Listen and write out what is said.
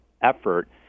effort